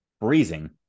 freezing